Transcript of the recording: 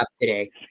today